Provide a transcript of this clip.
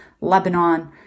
Lebanon